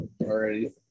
already